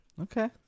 Okay